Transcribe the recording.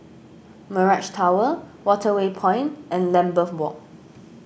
Mirage Tower Waterway Point and Lambeth Walk